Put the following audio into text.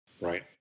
right